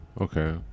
Okay